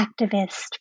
activist